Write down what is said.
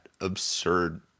absurd